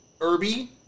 Irby